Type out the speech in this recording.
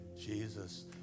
Jesus